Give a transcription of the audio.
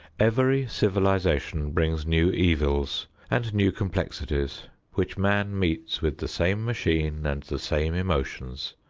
every civilization brings new evils and new complexities which man meets with the same machine and the same emotions.